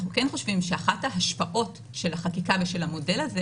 אנחנו חושבים שאחת ההשפעות של החקיקה ושל המודל הזה